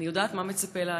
אני יודעת מה מצפה לה,